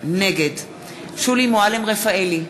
נגד שולי מועלם-רפאלי,